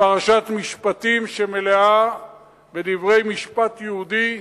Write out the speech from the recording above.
פרשת משפטים שמלאה בדברי משפט יהודי,